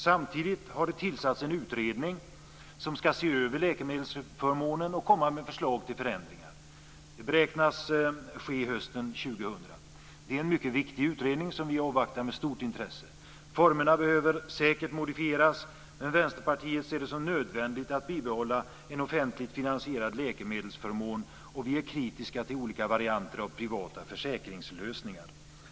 Samtidigt har det tillsatts en utredning som ska se över läkemedelsförmånen och komma med förslag till förändringar. Det beräknas ske hösten 2000. Det är en mycket viktig utredning, som vi avvaktar med stort intresse. Formerna behöver säkert modifieras, men Vänsterpartiet ser det som nödvändigt att bibehålla en offentligt finansierad läkemedelsförmån, och vi är kritiska till olika varianter av privata försäkringslösningar.